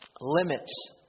limits